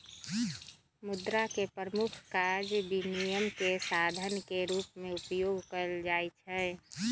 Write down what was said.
मुद्रा के प्रमुख काज विनिमय के साधन के रूप में उपयोग कयल जाइ छै